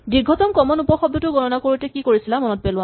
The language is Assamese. দীৰ্ঘতম কমন উপশব্দটো গণনা কৰোতে কি কৰিছিলা মনত পেলোৱা